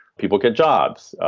people get jobs.